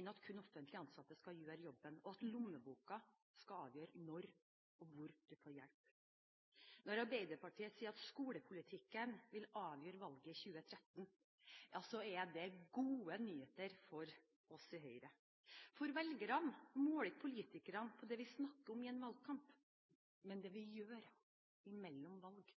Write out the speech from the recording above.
enn at kun offentlig ansatte skal gjøre jobben, og at lommeboken skal avgjøre når og hvor du får hjelp. Når Arbeiderpartiet sier at skolepolitikken vil avgjøre valget i 2013, er det gode nyheter for oss i Høyre, for velgerne måler ikke politikerne på det vi snakker om i en valgkamp, men det vi gjør imellom valg.